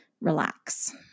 relax